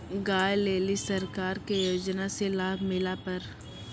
गाय ले ली सरकार के योजना से लाभ मिला पर?